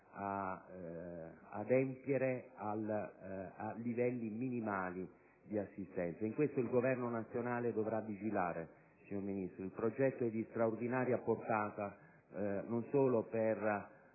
ad adempiere ai livelli minimali di assistenza. Su questo il Governo nazionale dovrà vigilare, signor Ministro. Il progetto è di straordinaria portata non solo per